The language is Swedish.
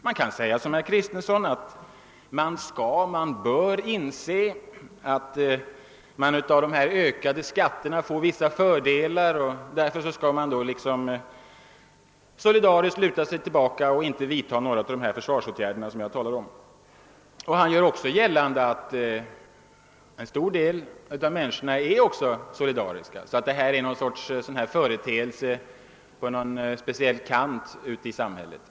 Man kan som herr Kristenson säga att man bör inse att man genom de ökade skatterna får vissa fördelar och därför solidariskt skall luta sig tillbaka och inte vidtaga någon av de försvarsåtgärder som jag talat om. Herr Kristenson gör också gällande att en stor del av medborgarna är solidariska och att kritiken bara riktas från någon viss kant av samhället.